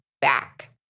back